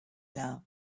now